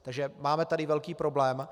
Takže máme tady velký problém.